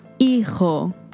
Hijo